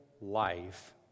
life